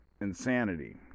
insanity